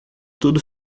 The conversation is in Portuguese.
tudo